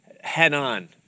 head-on